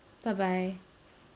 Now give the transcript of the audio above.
bye bye